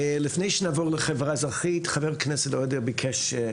חבר הכנסת עודה, בבקשה.